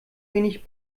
wenig